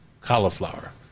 cauliflower